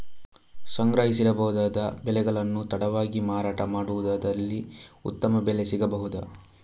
ಸಂಗ್ರಹಿಸಿಡಬಹುದಾದ ಬೆಳೆಗಳನ್ನು ತಡವಾಗಿ ಮಾರಾಟ ಮಾಡುವುದಾದಲ್ಲಿ ಉತ್ತಮ ಬೆಲೆ ಸಿಗಬಹುದಾ?